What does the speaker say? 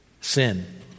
sin